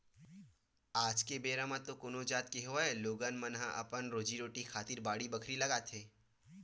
आज के बेरा म तो कोनो जात के होवय लोगन मन ह अपन रोजी रोटी खातिर बाड़ी बखरी लगाथे